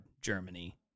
Germany